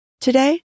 Today